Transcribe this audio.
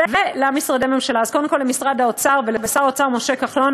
למשרדי הממשלה: קודם כול למשרד האוצר ולשר האוצר משה כחלון,